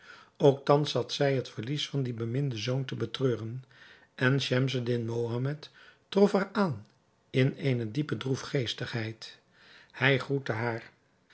ook thans zat zij het verlies van dien beminden zoon te betreuren en schemseddin mohammed trof haar aan in eene diepe droefgeestigheid hij groette haar